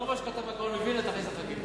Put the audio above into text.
כל מה שכתב הגאון מווילנה, תכניס לחקיקה.